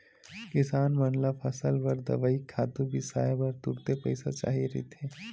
किसान मन ल फसल बर दवई, खातू बिसाए बर तुरते पइसा चाही रहिथे